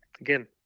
again